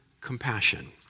compassion